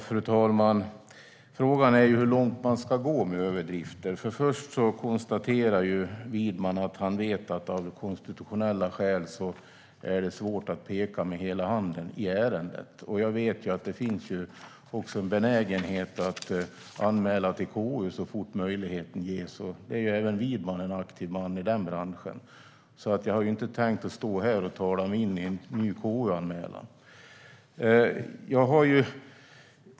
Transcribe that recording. Fru talman! Frågan är hur långt man ska gå med överdrifter. Först konstaterar Widman att han vet att det av konstitutionella skäl är svårt att peka med hela handen i ärendet. Jag vet även att det finns en benägenhet att anmäla till konstitutionsutskottet så fort möjligheten ges, och i den branschen är även Widman en aktiv man. Jag har därför inte tänkt stå här och tala mig in i en ny KU-anmälan.